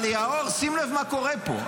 אבל, נאור, שים לב מה קורה פה.